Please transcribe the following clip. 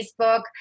Facebook